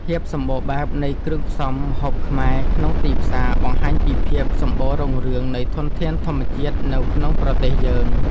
ភាពសម្បូរបែបនៃគ្រឿងផ្សំម្ហូបខ្មែរក្នុងទីផ្សារបង្ហាញពីភាពសំបូររុងរឿងនៃធនធានធម្មជាតិនៅក្នុងប្រទេសយើង។